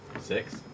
Six